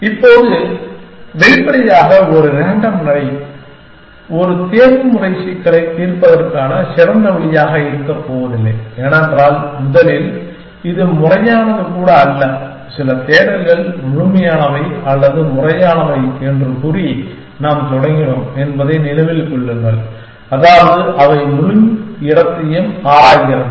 இப்போது வெளிப்படையாக ஒரு ரேண்டம் நடை ஒரு தேர்வுமுறை சிக்கலைத் தீர்ப்பதற்கான சிறந்த வழியாக இருக்கப்போவதில்லை ஏனென்றால் முதலில் இது முறையானது கூட அல்ல சில தேடல்கள் முழுமையானவை அல்லது முறையானவை என்று கூறி நாம் தொடங்கினோம் என்பதை நினைவில் கொள்ளுங்கள் அதாவது அவை முழு இடத்தையும் ஆராய்கிறது